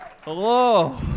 Hello